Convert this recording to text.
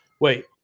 Wait